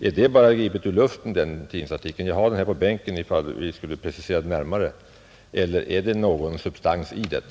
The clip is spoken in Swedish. Jag har tidningen här i bänken, om jag behöver precisera uppgifterna närmare. Är detta bara gripet ur luften eller är det någon substans i det?